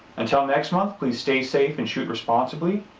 until next month, please stay safe and shoot responsibly,